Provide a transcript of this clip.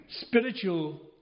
spiritual